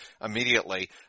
immediately